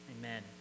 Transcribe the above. Amen